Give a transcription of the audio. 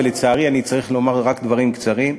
לצערי, אני אצטרך לומר רק דברים קצרים.